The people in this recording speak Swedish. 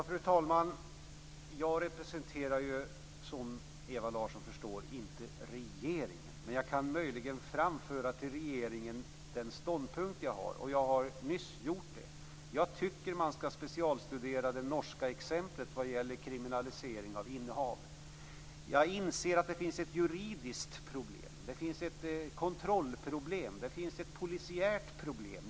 Fru talman! Som Ewa Larsson förstår representerar jag inte regeringen. Jag kan möjligen framföra min ståndpunkt till regeringen, och det har jag nyss gjort. Jag tycker att man skall specialstudera det norska exemplet vad gäller kriminalisering av innehav. Jag inser att det finns ett juridiskt problem, ett kontrollproblem, ett polisiärt problem.